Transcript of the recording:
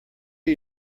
are